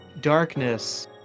darkness